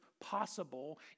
possible